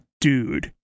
dude